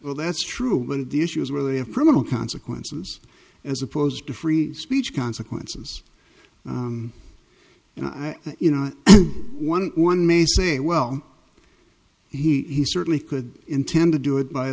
well that's true but the issue is whether they have criminal consequences as opposed to free speech consequences and i think you know one one may say well he certainly could intend to do it by